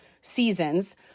seasons